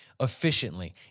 efficiently